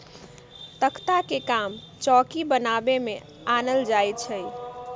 तकख्ता के काम चौकि बनाबे में आनल जाइ छइ